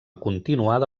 continuada